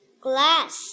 glass